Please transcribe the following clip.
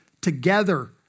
Together